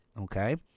okay